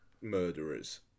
murderers